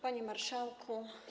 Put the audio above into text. Panie Marszałku!